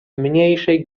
mniejszej